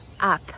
up